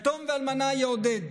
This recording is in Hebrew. "יתום ואלמנה יעודד",